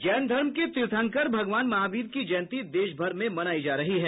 जैन धर्म के तीर्थंकर भगवान महावीर की जयंती देशभर में मनाई जा रही है